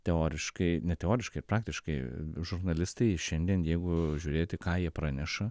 teoriškai ne teoriškai praktiškai žurnalistai šiandien jeigu žiūrėti ką jie praneša